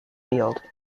field